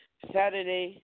Saturday